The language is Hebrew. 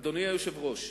אדוני היושב-ראש,